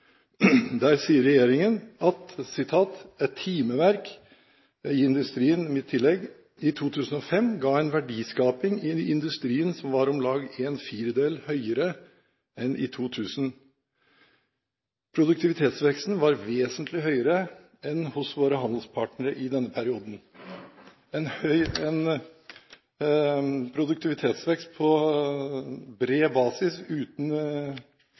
Der sier regjeringen: «Et timeverk» – i industrien: mitt tillegg – «i 2005 ga en verdiskaping i industrien som var om lag en firedel høyere enn i 2000. Produktivitetsveksten var vesentlig høyere enn hos våre handelspartnere i denne perioden. En høy produktivitetsvekst på bred basis, uten